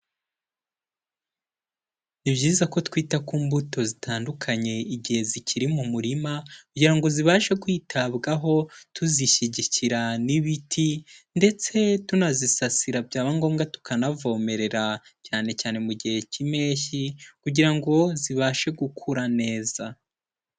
Ni byiza ko twita ku mbuto zitandukanye igihe zikiri mu murima kugira ngo zibashe kwitabwaho tuzishyigikira n'ibiti ndetse tunazisasira, byaba ngombwa tukanavomerera, cyane cyane mu gihe cy'impeshyi kugira ngo zibashe gukura neza.